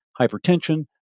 hypertension